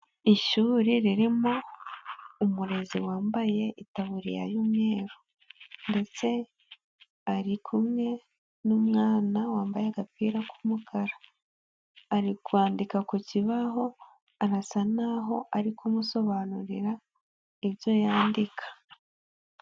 Ishuri ririmo umurezi wambaye itabuririya y'umweruru ndetse ari kumwe n'umwana wambaye agapira k'umukara, ari kwandika ku kibaho, arasa n'aho ari kumusobanurira, ibyo yandika.